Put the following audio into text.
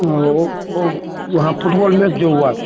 तुम लोग अब वहाँ फुटबॉल मैच जो हुआ था